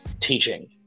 teaching